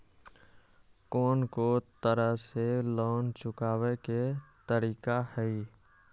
कोन को तरह से लोन चुकावे के तरीका हई?